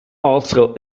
also